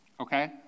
okay